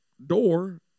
door